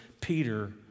Peter